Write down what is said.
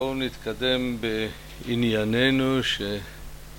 בואו נתקדם בענייננו